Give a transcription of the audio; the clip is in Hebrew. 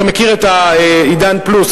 אתה מכיר את "עידן +",